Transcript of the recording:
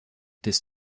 this